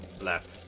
Left